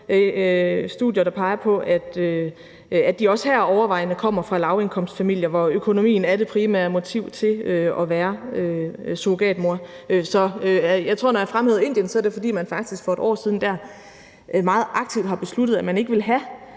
studier, der peger på, at de også her overvejende kommer fra lavindkomstfamilier, hvor økonomien er det primære motiv til at være surrogatmor. Så jeg tror, at når jeg fremhæver Indien, er det, fordi man faktisk for et år siden dér meget aktivt besluttede, at man ikke ville have